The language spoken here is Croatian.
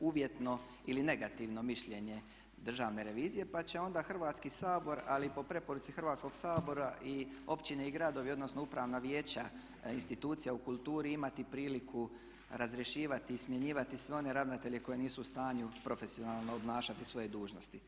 uvjetno ili negativno mišljenje Državne revizije, pa će onda Hrvatski sabor, ali po preporuci Hrvatskog sabora i općine i gradovi, odnosno upravna vijeća institucija u kulturi imati priliku razrješivati i smjenjivati sve one ravnatelje koji nisu u stanju profesionalno obnašati svoje dužnosti.